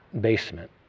basement